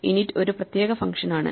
init ഒരു പ്രത്യേക function ആണ്